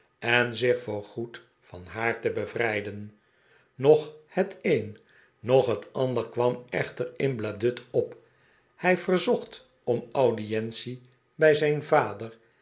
en zich voor goed van haar te bevrijden noch het een noch het ander kwam echter in bladud op hij verzocht om audientie bij zijn vader